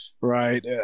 Right